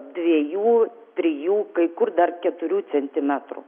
dviejų trijų kai kur dar keturių centimetrų